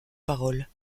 parole